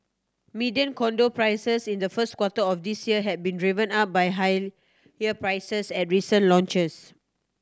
median condo prices in the first quarter of this year have been driven up by higher prices at recent launches